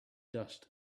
dust